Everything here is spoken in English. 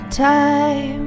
time